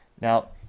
Now